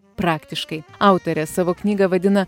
praktiškai autorė savo knygą vadina